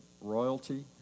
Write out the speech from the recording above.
royalty